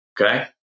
Okay